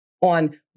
on